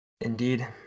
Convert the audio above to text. Indeed